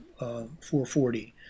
440